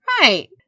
Right